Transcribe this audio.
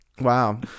Wow